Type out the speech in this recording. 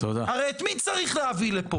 הרי את מי צריך להביא לפה?